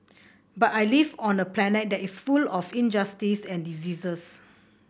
but I live on a planet that is full of injustice and diseases